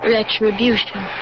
Retribution